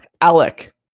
Alec